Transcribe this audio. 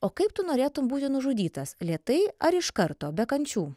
o kaip tu norėtum būti nužudytas lėtai ar iš karto be kančių